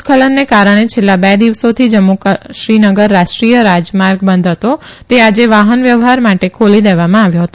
ભુસ્ખલનને કારણે છેલ્લા બે દિવસોથી જમ્મુ શ્રીનગર રાષ્ટ્રીય રાજમાર્ગ બંધ હતો તે આજે વાહન વ્યવહાર માટે ખોલી દેવામાં આવ્યો હતો